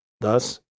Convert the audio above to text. Thus